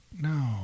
no